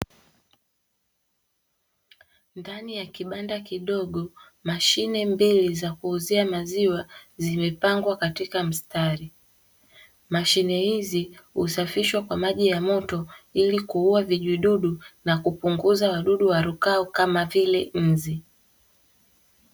Ndani ya kibanda kidogo mashine mbili za kuuzia maziwa zimepangwa katika mstari. Mashine hizi husafishwa kwa maji ya moto ili kuua vijidudu na kupunguza waduda warukao kama vile inzi.